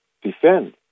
defend